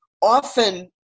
Often